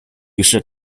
于是